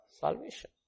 salvation